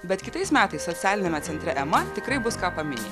bet kitais metais socialiniame centre ema tikrai bus ką paminė